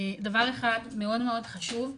דבר אחד מאוד חשוב,